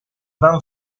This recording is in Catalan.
van